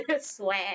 Swag